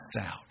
out